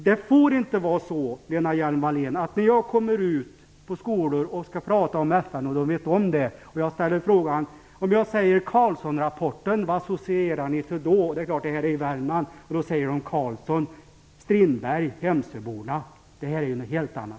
Det får inte vara så, Lena Hjelm-Wallén, att när jag kommer ut på en skola där eleverna vet om att jag skall prata om FN att de på frågan om vad de associerar Carlsson-rapporten till svarar Strindberg och Hemsöborna. Det var visserligen i Värmland. Men det är fråga om något helt annat.